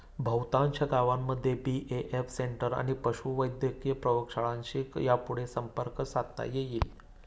बहुतांश गावांमध्ये BAF centre आणि पशुवैद्यक प्रयोगशाळांशी यापुढं संपर्क साधता येईल